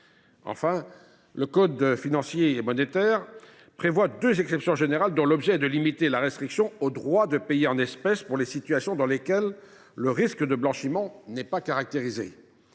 Enfin, le code monétaire et financier prévoit deux exceptions générales, dont l’objet est de limiter la restriction au droit de payer en espèces pour les situations dans lesquelles le risque de blanchiment n’est pas caractérisé.